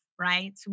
right